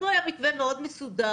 פה היה מתווה מאוד מסודר,